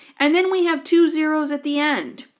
and then we have two zeroes at the end,